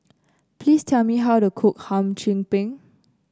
please tell me how to cook Hum Chim Peng